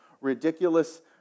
ridiculous